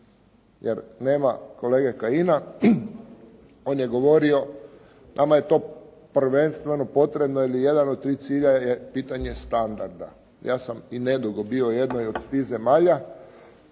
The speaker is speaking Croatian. jer nema kolege Kajina. On je govorio, nama je to prvenstveno potrebno ili jedan od tri cilja je pitanje standarda. Ja sam i nedugo bio od tih zemalja